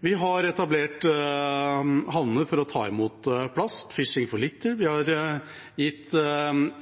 Vi har etablert havner for å ta imot plast ved Fishing for Litter. Vi har